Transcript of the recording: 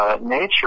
Nature